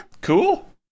Cool